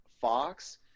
Fox